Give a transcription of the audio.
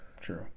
true